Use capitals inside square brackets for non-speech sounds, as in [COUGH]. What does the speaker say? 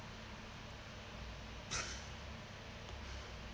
[LAUGHS]